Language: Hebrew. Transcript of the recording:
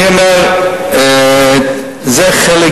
אני אומר, זה חלק